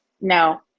No